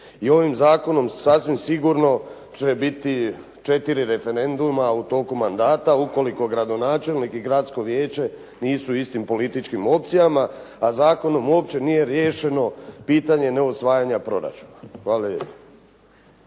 I ovim zakonom sasvim sigurno će biti četiri referenduma u toku mandata ukoliko gradonačelnik i Gradsko vijeće nisu u istim političkim opcijama. A zakonom uopće nije riješeno pitanje ne usvajanja proračuna. Hvala lijepo.